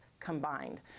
combined